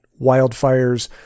wildfires